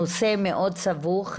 הנושא מאוד סבוך.